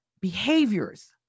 behaviors